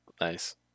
nice